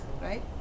right